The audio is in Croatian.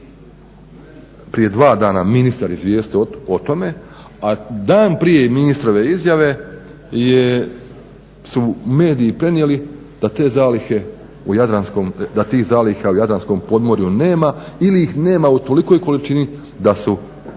prije dva dana ministar izvijestio o tome, a dan prije ministrove izjave su mediji prenijeli da tih zaliha u jadranskom podmorju nema ili ih nema u tolikoj količini da su isplativi